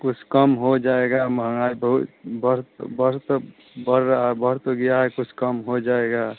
कुछ कम हो जाएगा महँगाई बहुत बढ़ बढ़ तो बढ़ रही है बढ़ तो गई है कुछ कम हो जाएगी